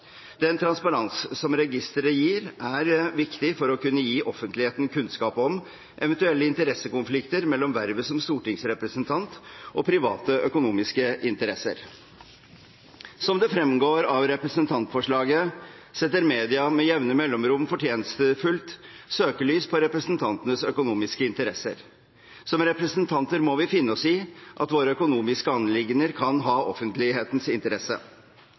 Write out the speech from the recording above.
Den transparens som registeret gir, er viktig for å kunne gi offentligheten kunnskap om eventuelle interessekonflikter mellom vervet som stortingsrepresentant og private økonomiske interesser. Som det fremgår av representantforslaget, setter media med jevne mellomrom fortjenstfullt søkelys på representantenes økonomiske interesser. Som representanter må vi finne oss i at våre økonomiske anliggender kan ha offentlighetens interesse.